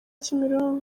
kimironko